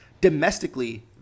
Domestically